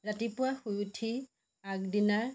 ৰাতিপুৱা শুই উঠি আগদিনাৰ